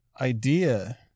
idea